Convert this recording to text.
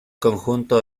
conjunto